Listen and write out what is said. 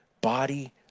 body